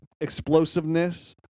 explosiveness